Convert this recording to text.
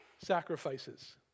sacrifices